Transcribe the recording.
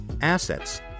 assets